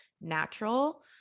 natural